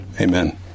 Amen